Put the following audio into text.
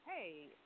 Hey